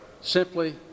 simply